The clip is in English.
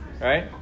Right